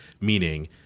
meaning